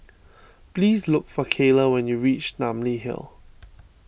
please look for Cayla when you reach Namly Hill